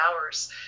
hours